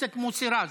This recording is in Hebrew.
חבר הכנסת מוסי רז,